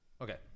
okay